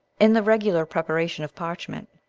in the regular preparation of parchment,